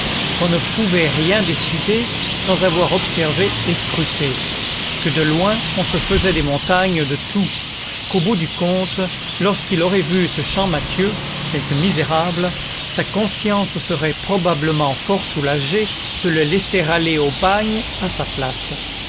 qu'on ne pouvait rien décider sans avoir observé et scruté que de loin on se faisait des montagnes de tout qu'au bout du compte lorsqu'il aurait vu ce champmathieu quelque misérable sa conscience serait probablement fort soulagée de le laisser aller au bagne à sa place